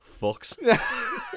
fucks